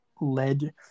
led